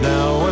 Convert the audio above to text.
Now